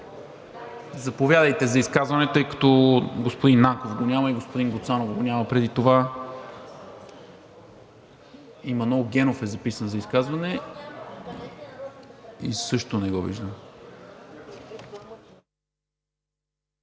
Заповядайте за изказване, тъй като господин Нанков го няма и господин Гуцанов го няма преди това. Манол Генов е записан за изказване и също не го виждам.